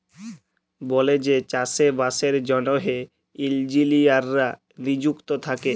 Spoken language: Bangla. বলেযে চাষে বাসের জ্যনহে ইলজিলিয়াররা লিযুক্ত থ্যাকে